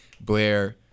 Blair